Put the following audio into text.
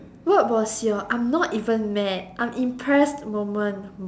what was your I'm not even mad I'm impressed moment